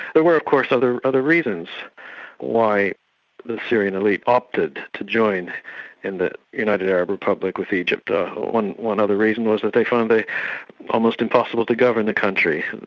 there were of course other other reasons why the syrian elite opted to join in the united arab republic with egypt ah one one other reason was that they found it almost impossible to govern the country.